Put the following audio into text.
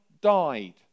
died